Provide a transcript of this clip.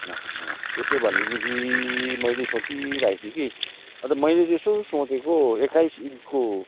त्यसो भनेदेखि मैल यसो सोचिरहेको थिएँ कि अन्त मैले चाहिँ यसो सोचेको एक्काइस इन्चको